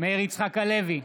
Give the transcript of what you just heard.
מאיר יצחק הלוי,